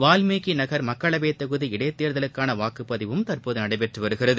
வால்மிகீ நகர் மக்களவைத் தொகுதி இளடத்தேர்தலுக்கான வாக்குப்பதிவும் தற்போது நனடபெற்று வருகிறது